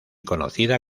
conocida